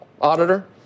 auditor